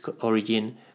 origin